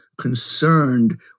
concerned